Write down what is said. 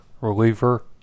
reliever